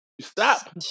stop